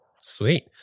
Sweet